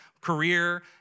career